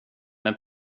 men